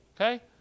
okay